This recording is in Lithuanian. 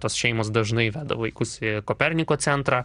tos šeimos dažnai veda vaikus į koperniko centrą